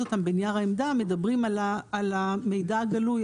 אותם בנייר העמדה מדברים על המידע הגלוי,